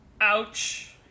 Ouch